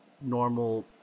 normal